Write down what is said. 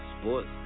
sports